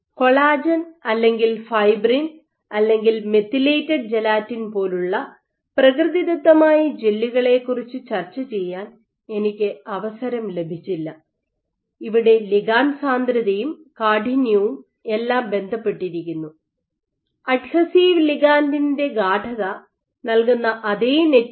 collagen അല്ലെങ്കിൽ fibrin അല്ലെങ്കിൽ methylated gelatin പോലുള്ള പ്രകൃതിദത്തമായ ജെല്ലുകളെക്കുറിച്ച് ചർച്ച ചെയ്യാൻ എനിക്ക് അവസരം ലഭിച്ചില്ല ഇവിടെ ലിഗാണ്ട് സാന്ദ്രതയും കാഠിന്യവും എല്ലാം ബന്ധപ്പെട്ടിരിക്കുന്നു അഡ്ഹസീവ് ലിഗാൻഡിന്റെ ഗാഢത നൽകുന്ന അതേ നെറ്റ്വർക്ക്